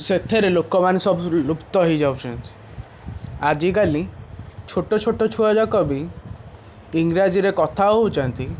ସେଥିରେ ଲୋକମାନେ ସବୁ ଲୁପ୍ତ ହେଇଯାଉଛନ୍ତି ଆଜିକାଲି ଛୋଟ ଛୋଟ ଛୁଆ ଯାକ ବି ଇଂରାଜୀରେ କଥା ହେଉଛନ୍ତି